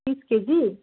बिस केजी